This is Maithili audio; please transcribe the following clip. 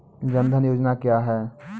जन धन योजना क्या है?